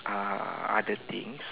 uh other things